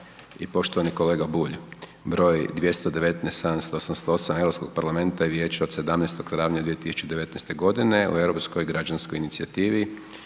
o provedbi Uredbe EU broj 2019/788 Europskog parlamenta i vijeća od 17. travnja 2019. godine o europskoj građanskoj inicijativi,